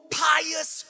pious